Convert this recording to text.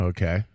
Okay